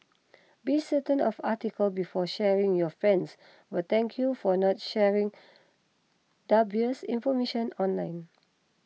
be certain of article before sharing your friends will thank you for not sharing dubious information online